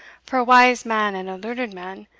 for a wise man and a learned man,